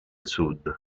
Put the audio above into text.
sud